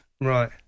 Right